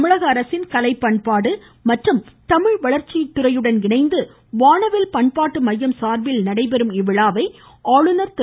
தமிழக அரசின் கலை பண்பாடு மற்றும் தமிழ் வளர்ச்சித்துறையுடன் இணைந்து வானவில் பண்பாட்டு மையம் சார்பில் நடைபெறும் இவ்விழாவை ஆளுநர் திரு